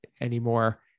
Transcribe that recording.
anymore